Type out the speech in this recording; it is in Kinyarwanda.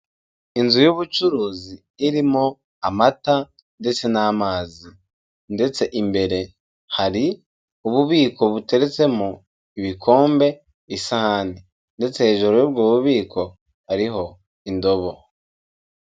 Inzu y'ubucuruzi irimo amata ndetse n'amazi ndetse imbere hari ububiko buteretsemo ibikombe, isahani ndetse hejuru y'ubwo bubiko hariho indobo.